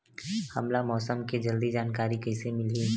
हमला मौसम के जल्दी जानकारी कइसे मिलही?